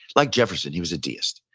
like jefferson, he was a deist.